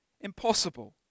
impossible